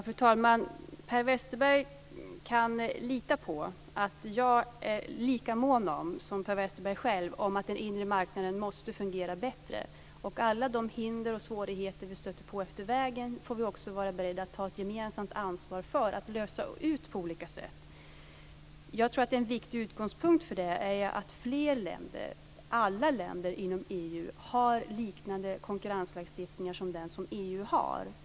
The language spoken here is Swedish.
Fru talman! Per Westerberg kan lita på att jag är lika mån som Per Westerberg själv om att den inre marknaden måste fungera bättre. Alla de hinder och svårigheter vi stöter på efter vägen får vi också vara beredda på att ta ett gemensamt ansvar för att övervinna på olika sätt. Jag tror att en viktig utgångspunkt för det är att fler länder - alla länder inom EU - har liknande konkurrenslagstiftningar som den som EU har.